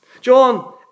John